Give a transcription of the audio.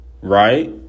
right